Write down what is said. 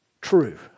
true